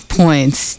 points